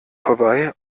vorbei